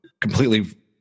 completely